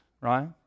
right